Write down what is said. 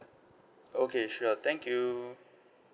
okay sure thank you